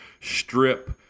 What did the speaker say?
strip